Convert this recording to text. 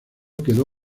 quedó